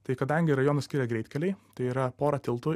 tai kadangi rajonus skiria greitkeliai tai yra pora tiltų